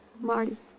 Marty